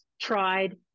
tried